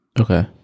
Okay